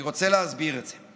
אני רוצה להסביר את זה,